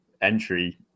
entry